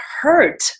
hurt